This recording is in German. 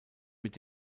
mit